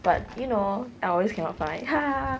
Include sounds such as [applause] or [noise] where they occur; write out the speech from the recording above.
but you know I always cannot find [laughs]